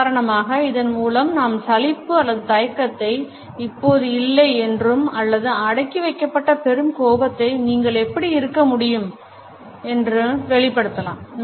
உதாரணமாக இதன் மூலம் நாம் சலிப்பு அல்லது தயக்கத்தை இப்போது இல்லை என்றும் அல்லது அடக்கி வைக்கப்பட்ட பெரும் கோபத்தையும் நீங்கள் எப்படி இருக்க முடியும் என்றும் வெளிப்படுத்தலாம்